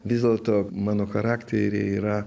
vis dėlto mano charakteryje yra